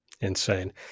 Insane